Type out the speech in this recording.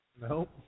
Nope